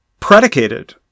Predicated